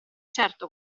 certo